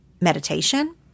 meditation